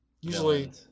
Usually